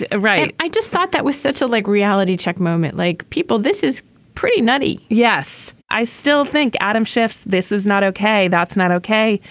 ah right. i just thought that was such a like reality check moment like people this is pretty nutty. yes i still think adam shifts. this is not ok. that's not ok.